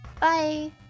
bye